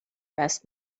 best